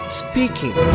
speaking